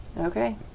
Okay